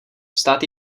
stát